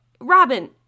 robin